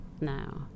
now